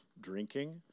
drinking